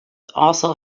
also